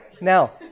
Now